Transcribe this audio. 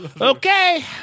Okay